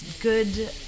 good